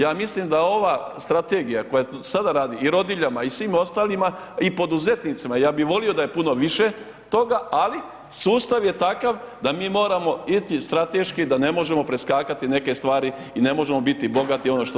Ja mislim da ova strategija koja sada radi i rodiljama i svima ostalima, i poduzetnicima, ja bih volio da je puno više toga, ali sustav je takav da mi moramo ići strateški, da ne možemo preskakati neke stvari i ne možemo biti bogati, ono što nismo.